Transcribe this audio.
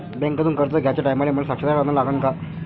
बँकेतून कर्ज घ्याचे टायमाले मले साक्षीदार अन लागन का?